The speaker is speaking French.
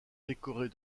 décorés